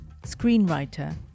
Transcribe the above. screenwriter